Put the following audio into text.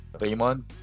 Raymond